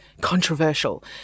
controversial